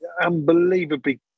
unbelievably